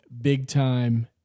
big-time